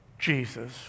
Jesus